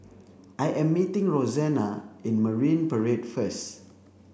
I am meeting Roxanna in Marine Parade first